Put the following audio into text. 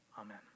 Amen